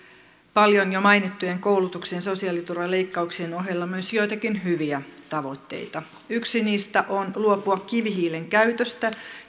paljon mainittujen koulutuksen ja sosiaaliturvan leikkauksien ohella myös joitakin hyviä tavoitteita yksi niistä on luopua kivihiilen käytöstä